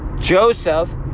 Joseph